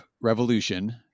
Revolution